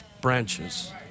branches